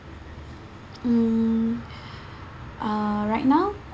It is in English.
mm uh right now